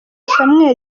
samuel